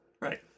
Right